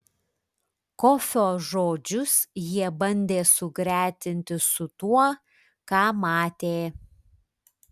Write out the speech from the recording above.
kofio žodžius jie bandė sugretinti su tuo ką matė